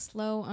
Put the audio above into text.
Slow